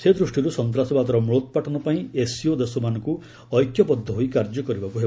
ସେ ଦୃଷ୍ଟିରୁ ସନ୍ତାସବାଦର ମୂଳୋପାଟନ ପାଇଁ ଏସ୍ସିଓ ଦେଶମାନଙ୍କୁ ଐକ୍ୟବଦ୍ଧ ହୋଇ କାର୍ଯ୍ୟ କରିବାକୁ ହେବ